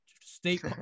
state